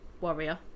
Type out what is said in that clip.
warrior